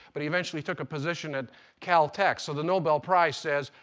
but eventually took a position at caltech. so the nobel prize says,